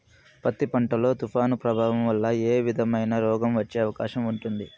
పత్తి పంట లో, తుఫాను ప్రభావం వల్ల ఏ విధమైన రోగం వచ్చే అవకాశం ఉంటుంది?